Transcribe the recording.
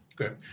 Okay